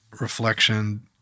reflection